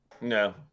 No